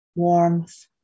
warmth